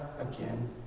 again